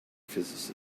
physicist